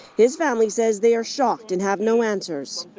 his family says they are shocked and have no answers.